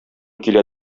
килә